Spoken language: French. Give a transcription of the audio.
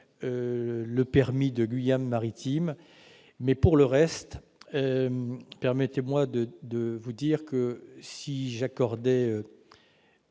le permis « Guyane Maritime ». Pour le reste, permettez-moi de vous dire que si j'accordais,